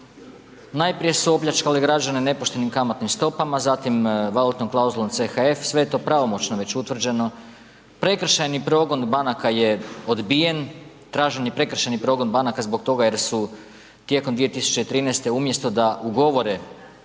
Najprije su opljačkali građane nepoštenim kamatnim stopama, zatim valutnom klauzulom CHF, sve je to pravomoćno već utvrđeno. Prekršajni progon banaka je odbijen, tražen je prekršajni progon banaka zbog toga jer su tijekom 2013. umjesto da ugovore